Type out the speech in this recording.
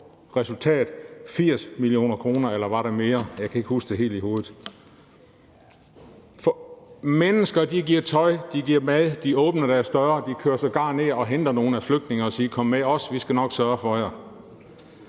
nemlig 80 mio. kr. – måske var det mere, jeg kan ikke helt huske det i hovedet. Mennesker giver tøj, mad og åbner deres døre. De kører sågar ned og henter nogle af flygtningene og siger: Kom med os; vi skal nok sørge for jer.